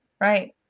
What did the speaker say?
Right